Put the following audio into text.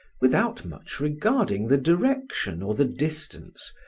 without much regarding the direction or the distance,